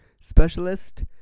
specialist